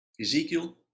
Ezekiel